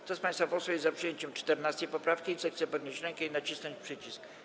Kto z państwa posłów jest za przyjęciem 14. poprawki, zechce podnieść rękę i nacisnąć przycisk.